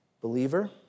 Believer